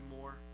more